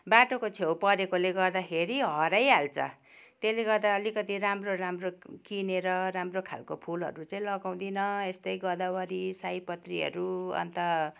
बाटोको छेउ परेकोले गर्दाखेरि हराइहाल्छ त्यसले गर्दा अलिकति राम्रो राम्रो किनेर राम्रो खालको फुलहरू चाहिँ लगाउँदिन यस्तै गोदावरी सयपत्रीहरू अन्त